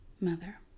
mother